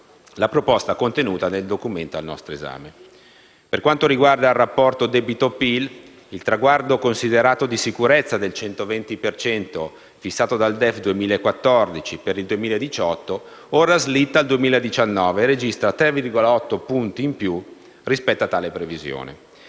la proposta contenuta nel Documento al nostro esame. Per quanto riguarda il rapporto debito-PIL, il traguardo considerato di sicurezza del 120 per cento fissato dal DEF 2014 per il 2018, ora, slitta al 2019 e registra 3,8 punti in più rispetto a tale previsione.